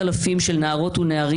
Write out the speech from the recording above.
האינפלציה גואה,